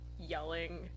yelling